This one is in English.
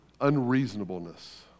Unreasonableness